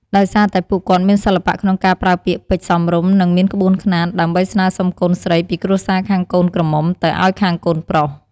ដោយសារតែ ពួកគាត់មានសិល្បៈក្នុងការប្រើពាក្យពេចន៍សមរម្យ និងមានក្បួនខ្នាត ដើម្បីស្នើសុំកូនស្រីពីគ្រួសារខាងកូនក្រមុំទៅឱ្យខាងកូនប្រុស។